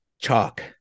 Chalk